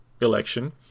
election